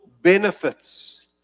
benefits